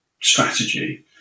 strategy